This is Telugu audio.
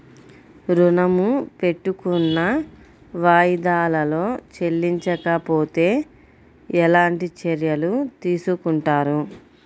ఋణము పెట్టుకున్న వాయిదాలలో చెల్లించకపోతే ఎలాంటి చర్యలు తీసుకుంటారు?